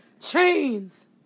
chains